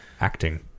acting